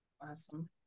Awesome